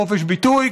חופש ביטוי,